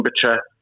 temperature